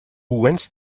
went